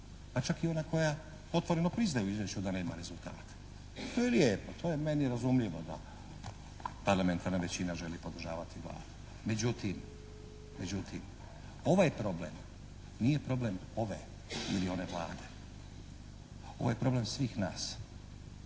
pa čak i ona koja otvoreno priznaje u Izvješću da nema rezultata. To je lijepo, to je meni razumljivo da parlamentarna većina želi podržavati Vladu, međutim, međutim ovaj problem nije problem ove ili one Vlade, ovo je problem svih nas